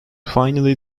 finally